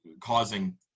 causing